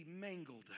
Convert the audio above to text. mangled